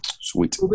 Sweet